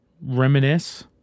reminisce